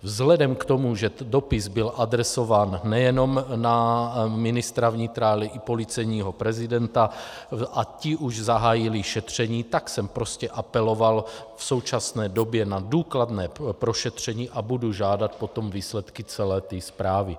Vzhledem k tomu, že dopis byl adresován nejenom na ministra vnitra, ale i policejního prezidenta a ti už zahájili šetření, tak jsem prostě apeloval v současné době na důkladné prošetření a budu žádat potom výsledky celé zprávy.